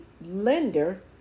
lender